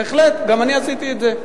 בהחלט, גם אני עשיתי את זה.